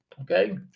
Okay